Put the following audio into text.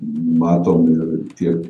matom ir tiek